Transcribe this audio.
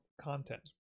content